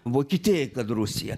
vokietijai kad rusija